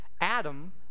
Adam